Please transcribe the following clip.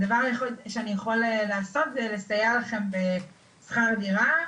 הדבר היחיד שאני יכול לעשות זה לסייע לכם בשכר דירה,